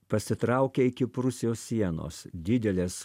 pasitraukė iki prūsijos sienos didelės